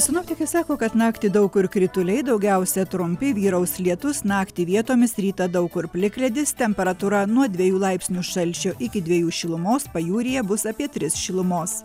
sinoptikai sako kad naktį daug kur krituliai daugiausia trumpi vyraus lietus naktį vietomis rytą daug kur plikledis temperatūra nuo dviejų laipsnių šalčio iki dviejų šilumos pajūryje bus apie tris šilumos